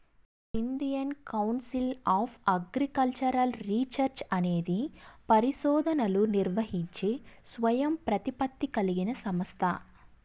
Indian council of agricultural research అనేది పరిశోధనలను నిర్వహించే స్వయం ప్రతిపత్తి కలిగిన సంస్థ